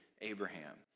Abraham